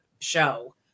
show